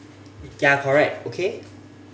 ya correct okay